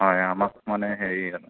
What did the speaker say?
হয় আমাক মানে হেৰি